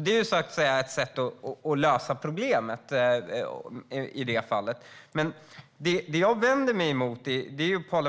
Det är ett sätt att lösa problemet. Paula